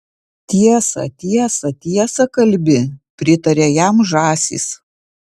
tiesą tiesą tiesą kalbi pritarė jam žąsys